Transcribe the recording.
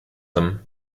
them